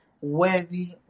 worthy